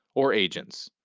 or agents.